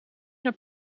naar